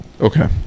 Okay